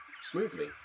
smoothly